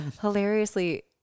hilariously